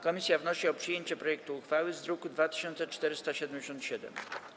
Komisja wnosi o przyjęcie projektu uchwały z druku nr 2477.